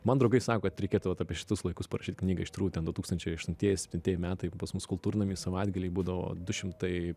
mano draugai sako kad reikėtų vat apie šituos laikus parašyt knygą iš tikrųjų ten du tūkstančiai aštuntieji septintieji metai pas mus kultūrnamy savaitgalį būdavo du šimtai